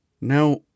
Now